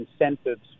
incentives